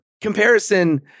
Comparison